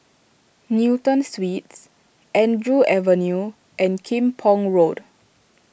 Newton Suites Andrews Avenue and Kim Pong Road